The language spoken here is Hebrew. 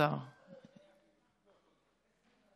גברתי היושבת